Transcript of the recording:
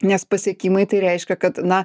nes pasiekimai tai reiškia kad na